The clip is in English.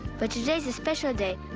but today's a special day,